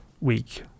week